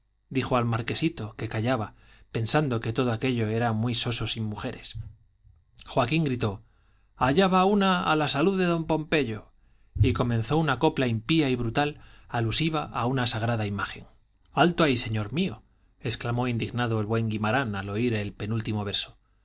dijo al marquesito que callaba pensando que todo aquello era muy soso sin mujeres joaquín gritó allá va una a la salud de don pompeyo y comenzó una copla impía y brutal alusiva a una sagrada imagen alto ahí señor mío exclamó indignado el buen guimarán al oír el penúltimo